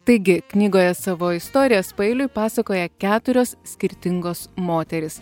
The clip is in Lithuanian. taigi knygoje savo istorijas paeiliui pasakoja keturios skirtingos moterys